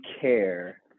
care